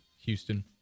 Houston